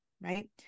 right